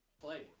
play